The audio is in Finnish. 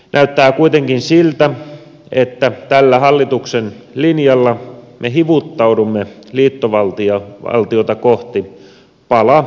näyttää kuitenkin siltä että tällä hallituksen linjalla me hivuttaudumme liittovaltiota kohti pala kerrallaan